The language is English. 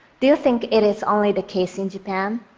do you think it is only the case in japan?